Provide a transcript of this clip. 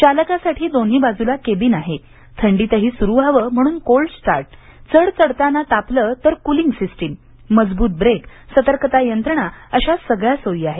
चालकासाठी दोन्ही बाजूला केबिन आहे थंडीतही सुरू व्हावं म्हणून कोल्ड स्टार्ट चढ चढताना तापलं तर कूलिंग सिस्टिम मजबूत ब्रेक सतर्कता यंत्रणा अशा सगळ्या सोयी आहेत